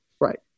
right